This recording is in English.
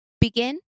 Begin